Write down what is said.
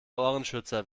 ohrenschützer